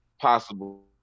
possible